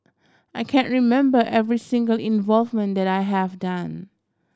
I can't remember every single involvement that I have done